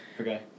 Okay